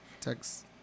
text